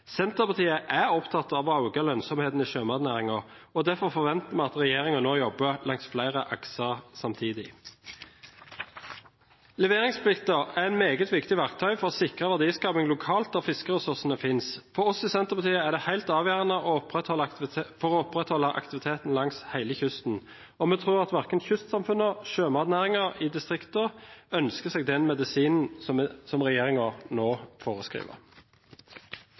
Senterpartiet er opptatt av å øke lønnsomheten i sjømatnæringen, og derfor forventer vi at regjeringen nå jobber langs flere akser samtidig. Leveringsplikten er et meget viktig verktøy for å sikre verdiskaping lokalt der fiskeressursene finnes. For oss i Senterpartiet er den helt avgjørende for å opprettholde aktivitet langs hele kysten. Og vi tror verken at kystsamfunnene eller sjømatnæringen i distriktene ønsker seg den medisinen som regjeringen nå foreskriver.